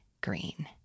Green